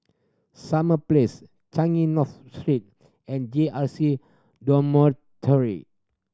Summer Place Changi North Street and J R C Dormitory